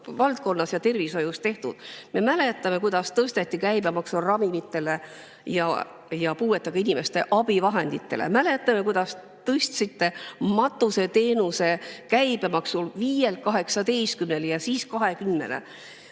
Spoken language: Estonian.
sotsiaalvaldkonnas ja tervishoius. Me mäletame, kuidas tõsteti käibemaksu ravimitele ja puuetega inimeste abivahenditele. Mäletame, kuidas tõstsite matuseteenuse käibemaksu 5%‑lt 18%-le ja siis 20%-le.